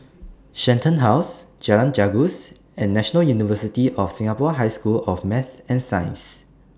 Shenton House Jalan Gajus and National University of Singapore High School of Math and Science